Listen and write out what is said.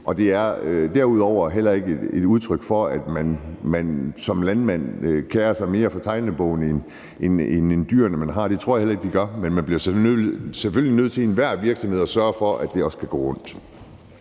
Derudover er det heller ikke et udtryk for, at man som landmand kerer sig mere om tegnebogen end dyrene, man har. Det tror jeg heller ikke at de gør, men man bliver selvfølgelig nødt til i enhver virksomhed at sørge for, at det også kan løbe rundt.